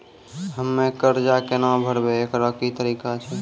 हम्मय कर्जा केना भरबै, एकरऽ की तरीका छै?